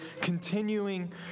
continuing